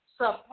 Sub